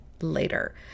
later